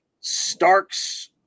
Starks